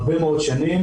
הרבה מאוד שנים.